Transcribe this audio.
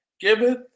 giveth